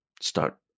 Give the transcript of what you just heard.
start